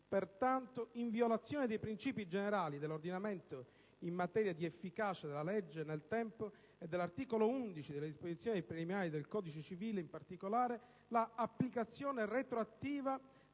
pertanto, in violazione dei princìpi generali dell'ordinamento in materia di efficacia della legge nel tempo e dell'articolo 11 delle disposizioni preliminari del codice civile in particolare, l'applicazione retroattiva